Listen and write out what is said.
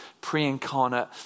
pre-incarnate